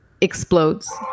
explodes